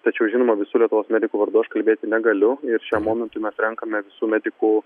tačiau žinoma visų lietuvos medikų vardu aš kalbėti negaliu ir šiam momentui mes renkame visų medikų